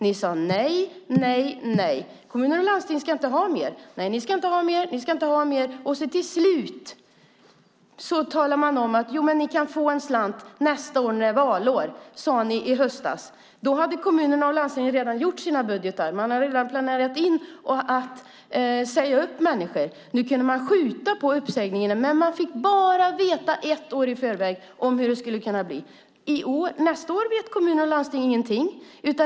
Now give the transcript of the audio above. Ni sade: Nej, nej, nej, kommuner och landsting ska inte ha mer. Till slut sade ni: Jo, men ni kan få en slant nästa år när det är valår. Det sade ni i höstas. Då hade kommunerna och landstingen redan gjort sina budgetar. De hade redan planerat att säga upp människor. Nu kunde de skjuta på uppsägningarna, men de fick bara veta ett år i förväg hur det skulle bli. Om nästa år vet kommunerna och landstingen ingenting.